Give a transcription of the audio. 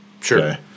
Sure